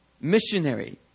missionary